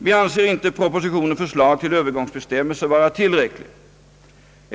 Vi anser inte propositionens förslag till övergångsbestämmelser vara tillräckliga.